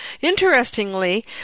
Interestingly